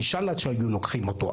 אינשאללה שהיו לוקחים אותו.